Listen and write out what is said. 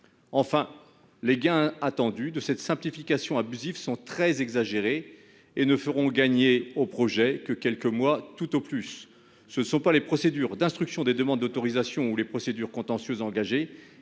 Enfin, les gains attendus de cette simplification abusive sont très exagérés. Elle ne fera gagner au projet que quelques mois, tout au plus. Ce ne sont pas les procédures d'instruction des demandes d'autorisations ou les procédures contentieuses engagées